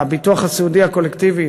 הביטוח הסיעודי הקולקטיבי,